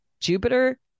Jupiter